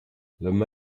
lomé